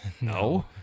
no